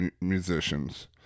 musicians